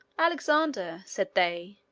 alexander, said they,